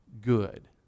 good